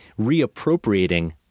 reappropriating